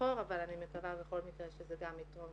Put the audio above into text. מאחור אבל אני מקווה בכל מקרה שזה גם יתרום